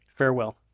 farewell